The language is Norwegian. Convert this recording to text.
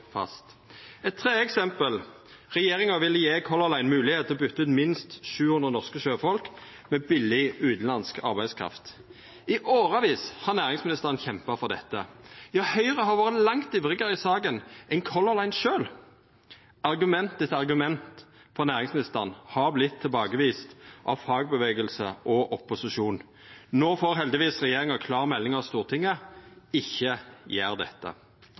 fast. Eit tredje eksempel: Regjeringa ville gje Color Line moglegheit til å byta ut minst 700 norske sjøfolk med billeg utanlandsk arbeidskraft. I årevis har næringsministeren kjempa for dette. Ja, Høgre har vore langt ivrigare i saka enn Color Line sjølv. Argument etter argument frå næringsministeren har vortne tilbakeviste av fagbevegelse og opposisjon. No får heldigvis regjeringa klar melding av Stortinget: Ikkje gjer dette.